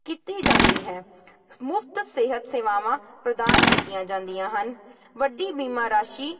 ਕੀਤੀ ਜਾਂਦੀ ਹੈ ਮੁਫ਼ਤ ਸਿਹਤ ਸੇਵਾਵਾਂ ਪ੍ਰਦਾਨ ਕੀਤੀਆਂ ਜਾਂਦੀਆਂ ਹਨ ਵੱਡੀ ਬੀਮਾ ਰਾਸ਼ੀ